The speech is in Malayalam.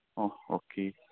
ഓ ഓക്കേ